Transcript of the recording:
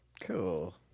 Cool